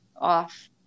off